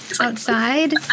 outside